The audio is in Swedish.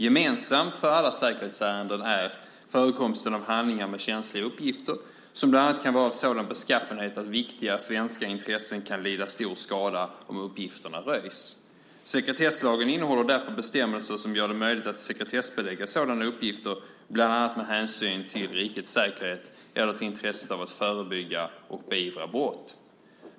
Gemensamt för alla säkerhetsärenden är förekomsten av handlingar med känsliga uppgifter, som bland annat kan vara av sådan beskaffenhet att viktiga svenska intressen kan lida stor skada om uppgifterna röjs. Sekretesslagen innehåller därför bestämmelser som gör det möjligt att sekretessbelägga sådana uppgifter, bland annat med hänsyn till rikets säkerhet eller till intresset av att förebygga och beivra brott.